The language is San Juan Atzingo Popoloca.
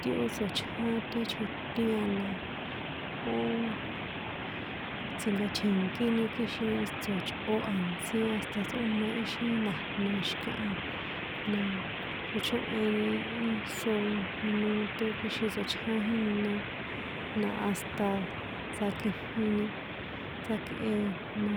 Ti ó tsochján ti chjotín a la ó, tsi̱nka̱tjienkíni kixin tso̱chꞌo a̱ntsí hasta tsꞌóna éxi nda̱jna xi̱kah na tsochóheni íso minuto kixin tsochján jína na hasta tsakjijini, tsjakꞌe na,